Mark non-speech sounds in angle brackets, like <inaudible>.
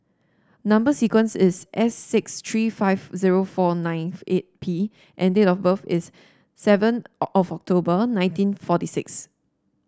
number sequence is S six three five zero four nine eight P and date of birth is seven <unintelligible> October nineteen forty six